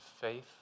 faith